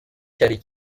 cyari